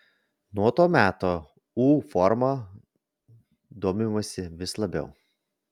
nuo to meto u forma domimasi vis labiau